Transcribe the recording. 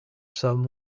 some